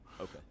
Okay